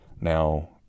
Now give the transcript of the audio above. Now